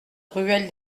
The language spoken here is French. ruelle